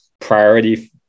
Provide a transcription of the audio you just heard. priority